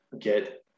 get